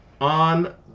on